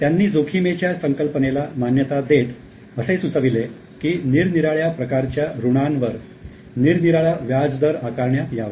त्यांनी जोखीमेच्या संकल्पनेला मान्यता देत असे सुचविले की निरनिराळ्या प्रकारच्या ऋणांवर निरनिराळा व्याज दर आकारण्यात यावा